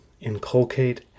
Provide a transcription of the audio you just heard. Inculcate